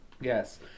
Yes